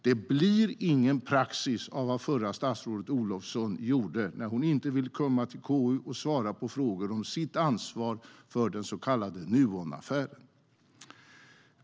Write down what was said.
Det blir ingen praxis av vad förra statsrådet Olofsson gjorde när hon inte ville komma till KU och svara på frågor om sitt ansvar för den så kallade Nuonaffären.